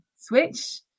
switch